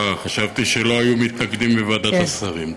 חשבתי שלא היו מתנגדים בוועדת השרים.